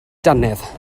dannedd